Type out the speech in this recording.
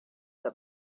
them